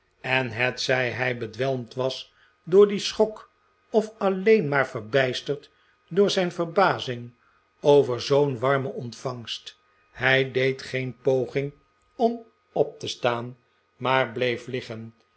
en hetzij hij bedwelmd was door dien schok of alleen maar verbijsterd door zijn verbazing over zoo'n warme ontvangst hij deed geen poging om op te staan maar bleef liggen